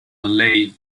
malay